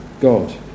God